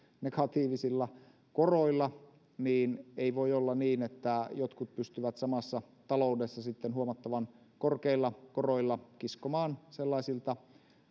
negatiivisilla koroilla niin ei voi olla niin että jotkut pystyvät samassa taloudessa sitten huomattavan korkeilla koroilla kiskomaan sellaisilta